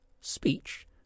speech